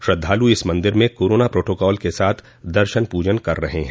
श्रद्धालु इस मन्दिर में कोरोना प्रोटोकाल के साथ दर्शन पूजन कर रहे हैं